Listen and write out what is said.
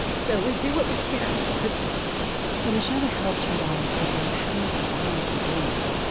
so we do what we can to protect them so noshaba helped her daughter figure out how to respond to the bullies.